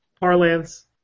Parlance